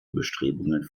bestrebungen